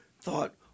thought